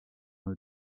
dans